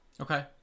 Okay